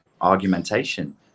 argumentation